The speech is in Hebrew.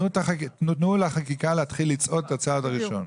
תנו לחקיקה להתחיל לצעוד את הצעד הראשון.